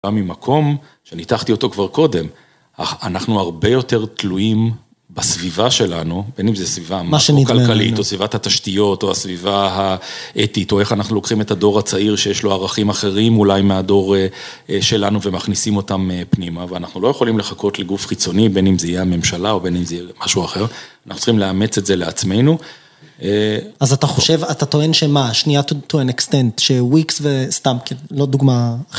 ממקום שניתחתי אותו כבר קודם, אנחנו הרבה יותר תלויים בסביבה שלנו, בין אם זו סביבה מאקרו-כלכלית או סביבת התשתיות או הסביבה האתית, או איך אנחנו לוקחים את הדור הצעיר שיש לו ערכים אחרים, אולי מהדור שלנו ומכניסים אותם פנימה ואנחנו לא יכולים לחכות לגוף חיצוני, בין אם זה יהיה הממשלה או בין אם זה יהיה משהו אחר, אנחנו צריכים לאמץ את זה לעצמנו. אז אתה חושב, אתה טוען שמה, שנייה to an extent, שוויקס וסתם, לא דוגמה הכי...